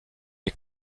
est